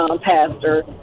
pastor